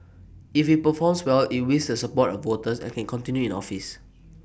if IT performs well IT wins the support of voters and can continue in office